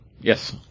Yes